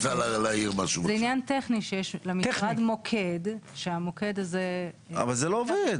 זה עניין טכני שיש למשרד מוקד --- אבל זה לא עובד.